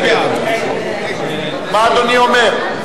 מה אדוני אומר?